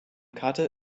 karte